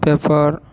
paper